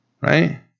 right